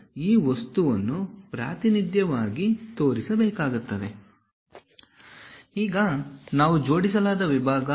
ನಾವು ಅಂತಹ ರೀತಿಯ ಪ್ರಾತಿನಿಧ್ಯವನ್ನು ತೋರಿಸಿದರೆ ನಾವು ಪಕ್ಕೆಲುಬು ಮತ್ತು ವೆಬ್ ವಿಭಾಗ ಎಂದು ಕರೆಯುತ್ತೇವೆ